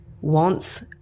wants